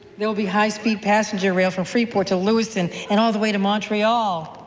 there will be high speed passenger rail from freeport to lewiston and all the way to montreal.